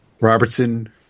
Robertson